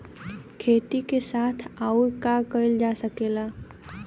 खेती के साथ अउर का कइल जा सकेला?